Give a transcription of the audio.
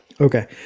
Okay